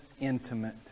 intimate